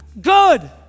Good